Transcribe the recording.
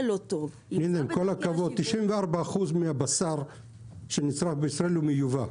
עם כל הכבוד, 94% מהבשר שנצרך בישראל, מיובא.